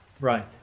Right